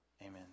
amen